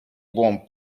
buon